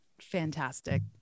fantastic